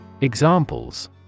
Examples